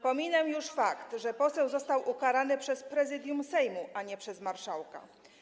Pomijam już fakt, że poseł został ukarany przez Prezydium Sejmu, a nie przez marszałka.